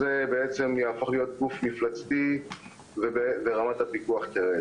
יהפוך להיות גוף מפלצתי ורמת הפיקוח תרד.